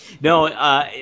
No